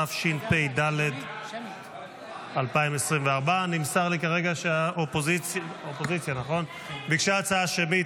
התשפ"ד 2024. נמסר לי כרגע שהאופוזיציה ביקשה הצבעה שמית.